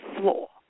floor